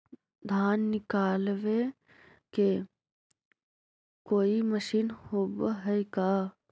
धान निकालबे के कोई मशीन होब है का?